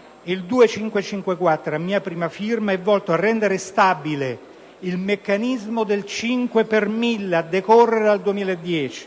Infine, l'emendamento 2.554 è volto a rendere stabile il meccanismo del 5 per mille a decorrere dal 2010.